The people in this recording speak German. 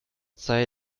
sei